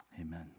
Amen